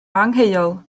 angheuol